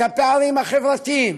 את הפערים החברתיים,